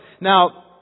Now